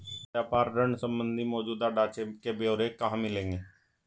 व्यापार ऋण संबंधी मौजूदा ढांचे के ब्यौरे कहाँ मिलेंगे?